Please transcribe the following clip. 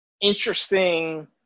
interesting